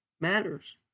matters